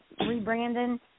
rebranding